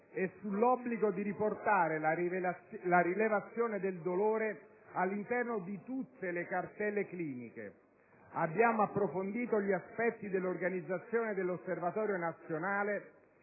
e sull'obbligo di riportare la rilevazione del dolore all'interno di tutte le cartelle cliniche. Abbiamo approfondito gli aspetti dell'organizzazione dell'Osservatorio nazionale